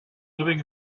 living